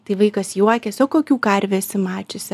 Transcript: tai vaikas juokiasi o kokių karvių esi mačiusi